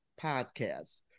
podcast